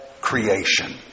creation